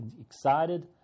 excited